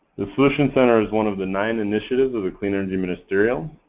the solutions center is one of the nine initiatives of the clean energy ministerial.